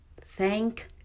thank